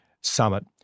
summit